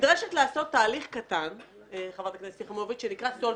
נדרשת לעשות תהליך קטן שנקרא solvency.